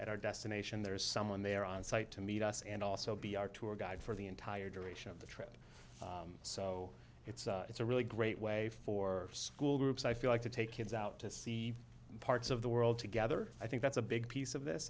at our destination there is someone there on site to meet us and also be our tour guide for the entire duration of the trip so it's it's a really great way for school groups i feel like to take kids out to see parts of the world together i think that's a big piece of this